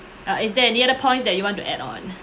uh is there any other points that you want to add on